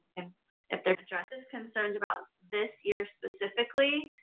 and if they're just as concerned about this year specifically,